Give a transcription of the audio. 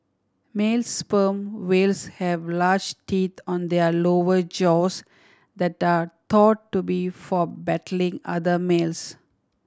male sperm whales have large teeth on their lower jaws that are thought to be for battling other males